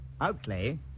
Outlay